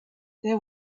there